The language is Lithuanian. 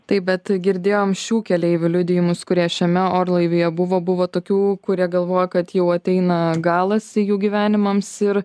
taip bet girdėjom šių keleivių liudijimus kurie šiame orlaivyje buvo buvo tokių kurie galvoja kad jau ateina galas jų gyvenimams ir